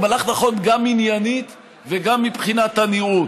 הוא מהלך נכון גם עניינית וגם מבחינת הנראות.